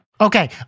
Okay